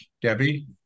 Debbie